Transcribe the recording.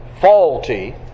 faulty